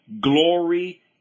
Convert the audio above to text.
glory